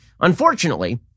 Unfortunately